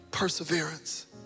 perseverance